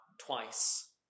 twice